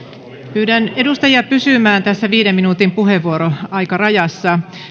pyydän edustajia pysymään viiden minuutin puheenvuoroaikarajassa